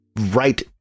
right